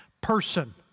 person